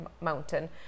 Mountain